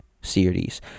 series